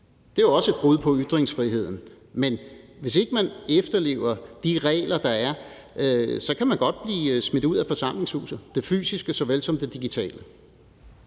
Det er jo også et brud på ytringsfriheden, men hvis ikke man efterlever de regler, der er, kan man godt blive smidt ud af forsamlingshuset – det fysiske såvel som det digitale.